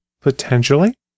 potentially